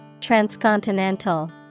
Transcontinental